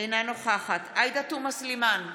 אינה נוכחת עאידה תומא סלימאן,